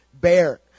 bear